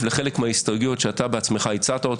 לחלק מההסתייגויות שאתה בעצמך הצעת.